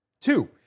Two